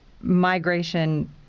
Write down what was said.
migration